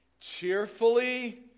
cheerfully